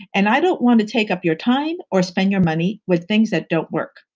and i don't want to take up your time or spend your money with things that don't work.